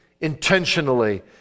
intentionally